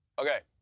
okay.